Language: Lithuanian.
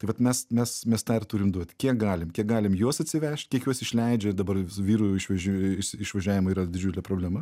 tai vat mes mes mes tą ir turim duot kiek galim kiek galim juos atsivežt kiek juos išleidžia dabar su vyrų išvažiuo išvažiavimu yra didžiulė problema